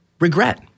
regret